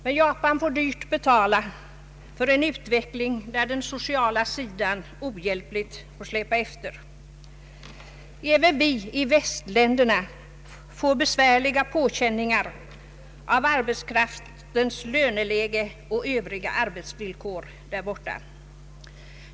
Men Japan får dyrt betala för en utveckling där den sociala sidan ohjälpligt släpar efter. Även vi i västländerna får besvärliga känningar av arbetskraftens löneläge och övriga arbetsvillkor där borta.